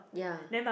ya